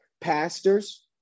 pastors